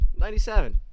97